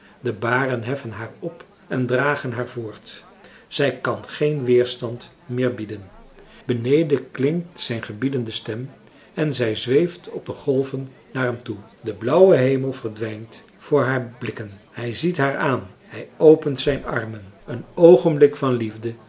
de baren heffen haar op en dragen haar voort zij kan geen weerstand meer bieden beneden klinkt zijn gebiedende stem en zij zweeft op de golven naar hem toe de blauwe hemel verdwijnt voor haar blikken hij ziet haar aan hij opent zijn armen een oogenblik van liefde